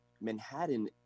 Manhattan